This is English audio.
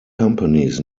companies